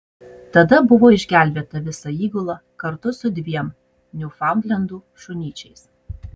tada buvo išgelbėta visa įgula kartu su dviem niufaundlendų šunyčiais